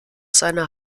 seine